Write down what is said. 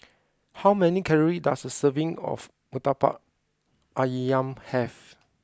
how many calories does a serving of Murtabak Ayam have